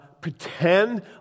pretend